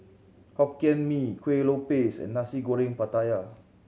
Hokkien Mee Kuih Lopes and Nasi Goreng Pattaya